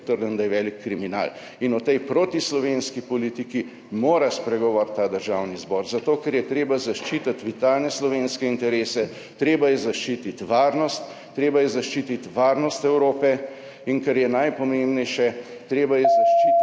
trdim, da je velik kriminal. O tej protislovenski politiki mora spregovoriti ta državni zbor. Zato ker je treba zaščititi vitalne slovenske interese. Treba je zaščititi varnost, treba je zaščititi varnost Evrope in, kar je najpomembnejše, treba je zaščititi